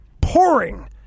pouring